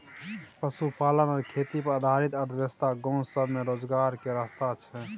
पशुपालन आ खेती पर आधारित अर्थव्यवस्था गाँव सब में रोजगार के रास्ता छइ